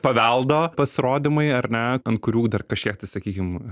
paveldo pasirodymai ar ne ant kurių dar kažkiek tai sakykim